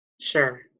Sure